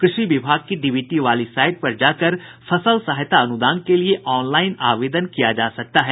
कृषि विभाग की डीबीटी वाली साइट पर जाकर फसल सहायता अनुदान के लिए ऑनलाईन आवेदन किया जा सकता है